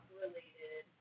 related